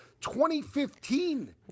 2015